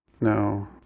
No